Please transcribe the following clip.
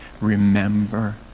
remember